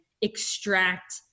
extract